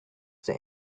say